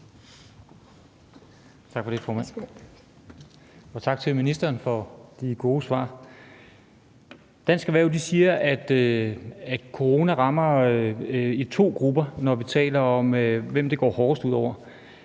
Tak for det, formand, og tak til ministeren for de gode svar. Dansk Erhverv siger, at corona rammer to grupper, når vi taler om, hvem det går hårdest ud over.